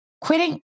Quitting